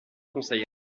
conseille